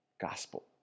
gospel